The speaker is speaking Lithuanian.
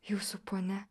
jūsų ponia